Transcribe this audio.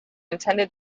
intended